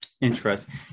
Interesting